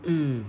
mm